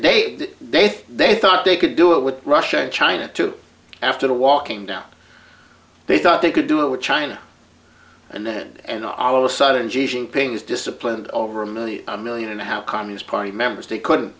day they thought they could do it with russia and china too after walking down they thought they could do it with china and then and all of a sudden ping is disciplined over a million a million and how communist party members they couldn't